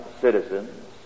citizens